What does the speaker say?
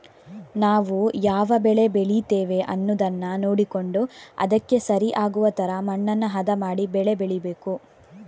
ನಾವು ಯಾವ ಬೆಳೆ ಬೆಳೀತೇವೆ ಅನ್ನುದನ್ನ ನೋಡಿಕೊಂಡು ಅದಕ್ಕೆ ಸರಿ ಆಗುವ ತರ ಮಣ್ಣನ್ನ ಹದ ಮಾಡಿ ಬೆಳೆ ಬೆಳೀಬೇಕು